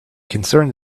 concerned